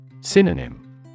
Synonym